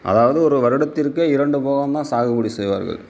அதாவது ஒரு வருடத்திற்கே இரண்டு போகம் தான் சாகுபடி செய்வார்கள்